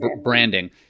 branding